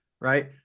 right